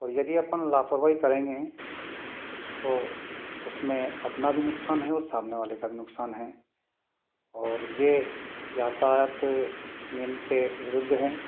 और यदि अपन लापरवाही करेंगे तो उस में अपना भी नुक़सान है सामने वाले का भी नुक़सान है और ये यातायात नियम के विरुद्ध है